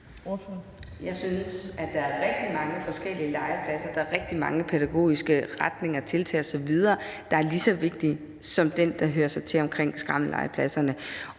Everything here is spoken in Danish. Jeg synes, at der er rigtig mange forskellige legepladser og der er rigtig mange forskellige pædagogiske retninger, tiltag osv., der er lige så vigtige som den, der hører sig til omkring skrammellegepladserne.